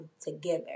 together